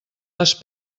les